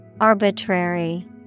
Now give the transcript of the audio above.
Arbitrary